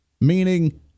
Meaning